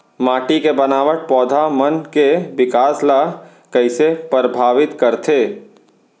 माटी के बनावट पौधा मन के बिकास ला कईसे परभावित करथे